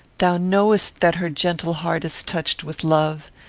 thou knowest that her gentle heart is touched with love.